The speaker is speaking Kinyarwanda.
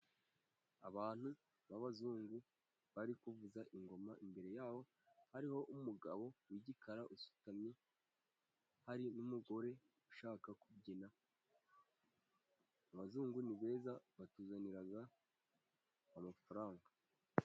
Abantu b'abazungu bari kuvuza ingoma imbere yabo hariho umugabo wigikara usutamye hari n'umugore ushaka kubyina, abazungu ni beza batuzaniraga amafaranga.